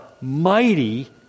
mighty